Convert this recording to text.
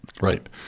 Right